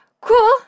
cool